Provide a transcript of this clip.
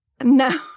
No